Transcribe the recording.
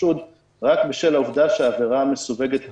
החשוד רק בשל העובדה שהעבירה מסווגת כעוון,